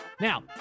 Now